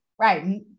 Right